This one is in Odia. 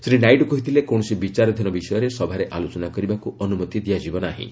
ଶ୍ରୀ ନାଇଡୁ କହିଥିଲେ କୌଣସି ବିଚାରାଧୀନ ବିଷୟରେ ସଭାରେ ଆଲୋଚନା କରିବାକୁ ଅନୁମତି ଦିଆଯିବ ନାହିଁ